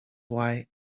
why